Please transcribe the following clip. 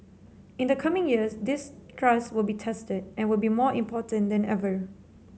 in the coming years this trust will be tested and will be more important than ever